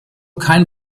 kein